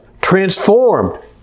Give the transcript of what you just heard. transformed